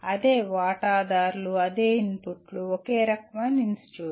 అదే వాటాదారులు అదే ఇన్పుట్లు ఒకే రకమైన ఇన్స్టిట్యూట్